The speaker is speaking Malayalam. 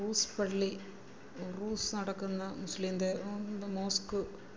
റൂസ് പള്ളി റൂസ് നടക്കുന്ന മുസ്ലീം ദേവോന്ത മോസ്ക്ക്